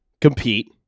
compete